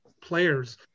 players